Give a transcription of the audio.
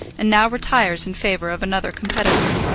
and now retires in favour of another competitor.